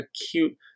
acute